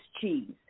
cheese